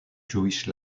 jewish